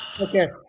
Okay